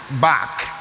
back